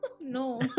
No